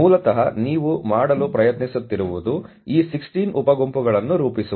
ಆದ್ದರಿಂದ ಮೂಲತಃ ನೀವು ಮಾಡಲು ಪ್ರಯತ್ನಿಸುತ್ತಿರುವುದು ಈ 16 ಉಪ ಗುಂಪುಗಳನ್ನು ರೂಪಿಸುವುದು